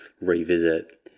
revisit